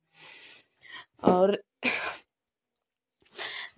और